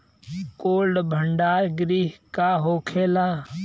Cold भण्डार गृह का होखेला?